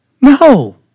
No